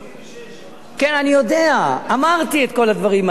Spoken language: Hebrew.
86, כן, אני יודע, אמרתי את כל הדברים האלה.